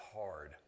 hard